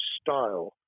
style